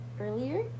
earlier